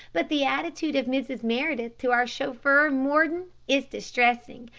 but the attitude of mrs. meredith to our chauffeur mordon, is distressing,